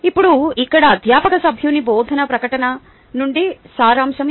ఇప్పుడు ఇక్కడ అధ్యాపక సభ్యుని బోధనా ప్రకటన నుండి సారాంశం ఉంది